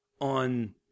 on